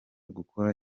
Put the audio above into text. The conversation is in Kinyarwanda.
gukora